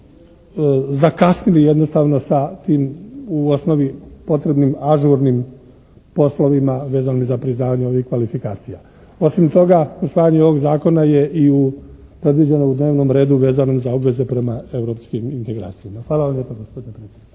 zakasnili jednostavno sa tim u osnovi potrebnim ažurnim poslovima vezanim za priznavanje ovih kvalifikacija. Osim toga, usvajanje ovog zakona je predviđeno i u dnevnom redu vezanom za obveze prema europskim integracijama. Hvala vam lijepa, gospodine predsjedniče.